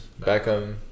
Beckham